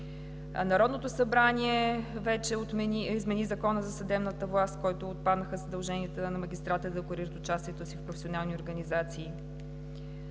Народното събрание вече измени Закона за съдебната власт, в който отпаднаха задълженията на магистратите да декларират участието си в професионални организации,